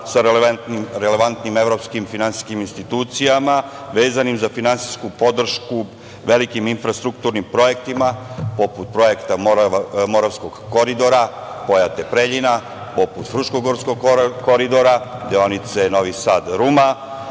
sa relevantnim evropskim finansijskim institucijama vezanim za finansijsku podršku velikim infrastrukturnim projektima, poput projekta Moravskog koridora Pojate-Preljina, poput Fruškogorskog koridora deonice Novi Sad-Ruma,